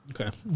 Okay